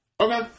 Okay